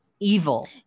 evil